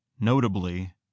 notably